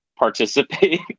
participate